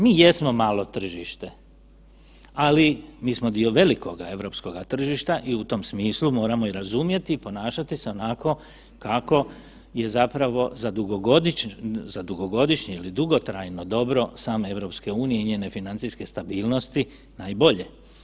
Mi jesmo malo tržište, ali mi smo dio velikoga europskoga tržišta i u tom smislu moramo i razumjeti i ponašati se onako kako je zapravo za dugogodišnje ili dugotrajno dobro same EU i njene financijske stabilnosti najbolje.